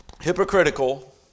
Hypocritical